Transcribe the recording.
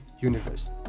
universe